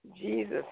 Jesus